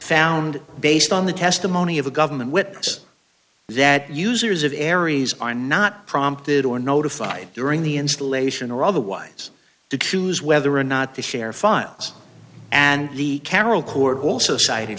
found based on the testimony of a government witness that users of aries are not prompted or notified during the installation or otherwise to choose whether or not to share files and the carol court also